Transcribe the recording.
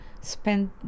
spend